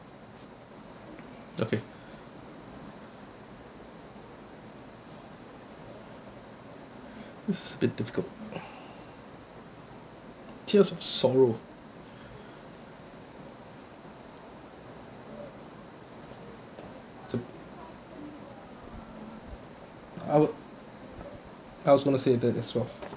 okay this is a bit difficult tears of sorrow it's I will I also want to say that as well